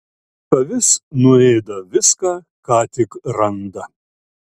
avis nuėda viską ką tik randa